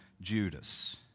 Judas